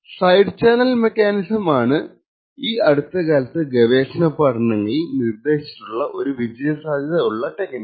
side channel mechanism ആണ് ഈ അടുത്തകാലത്ത് ഗവേഷണ പഠനങ്ങളിൽ നിർദ്ദേശിച്ചിട്ടുള്ള ഒരു വിജയ സാധ്യത ഉള്ള ടെക്നിക്ക്